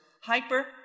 hyper